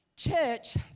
Church